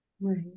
Right